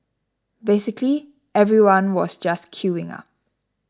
basically everyone was just queuing up